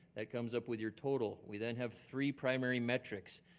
that comes up with your total. we then have three primary metrics.